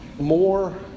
more